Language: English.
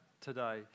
today